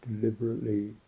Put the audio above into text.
deliberately